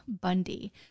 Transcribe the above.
bundy